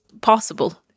possible